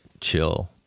chill